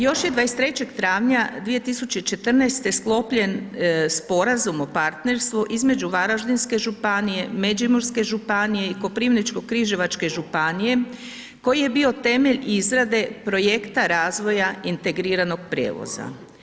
Još je 23. travnja 2014. sklopljen Sporazum o partnerstvu između Varaždinske županije, Međimurske županije i Koprivničko-križevačke županije koji je bio temelj izrade projekta razvoja integriranog prijevoza.